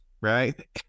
right